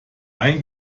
ein